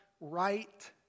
right